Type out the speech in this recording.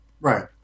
Right